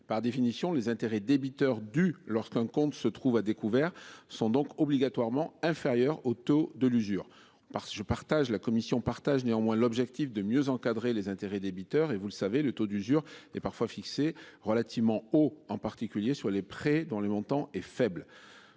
par définition les intérêts débiteurs du lorsqu'un compte se trouve à découvert sont donc obligatoirement inférieur au taux de l'usure, parce que je partage la Commission partage néanmoins l'objectif de mieux encadrer les intérêts débiteurs et vous le savez, le taux d'usure et parfois fixé relativement haut en particulier sur les prêts dont le montant est faible.